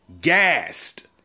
gassed